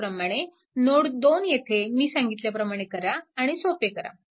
त्याचप्रमाणे नोड 2 येथे मी सांगितल्याप्रमाणे करा आणि सोपे करा